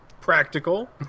practical